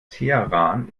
teheran